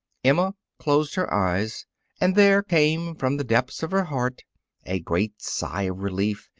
emma closed her eyes and there came from the depths of her heart a great sigh of relief,